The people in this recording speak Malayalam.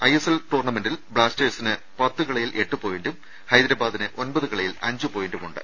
ഐ എസ് എൽ ബ്ലാസ്റ്റേഴ്സിന് പത്ത് കളിയിൽ എട്ട് പോയിന്റും ഹൈദരാബാദിന് ഒൻപത് കളിയിൽ അഞ്ച് പോയിന്റുമുണ്ട്